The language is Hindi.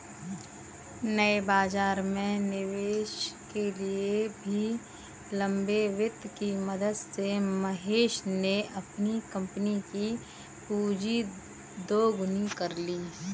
नए बाज़ार में निवेश के लिए भी लंबे वित्त की मदद से महेश ने अपनी कम्पनी कि पूँजी दोगुनी कर ली